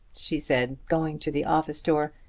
she said, going to the office door.